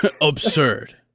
absurd